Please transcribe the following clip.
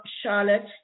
charlotte